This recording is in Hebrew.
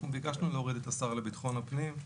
אנחנו ביקשנו להוריד את השר לבטחון הפנים,